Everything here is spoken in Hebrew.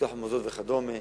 ופיתוח מוסדות וכדומה.